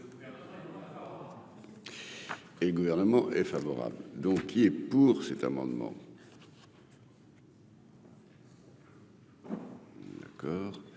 Et le gouvernement est favorable, donc il est pour cet amendement. D'accord,